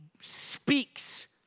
speaks